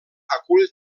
acull